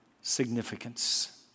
significance